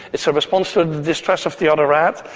it's a response to the distress of the other rat.